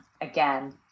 again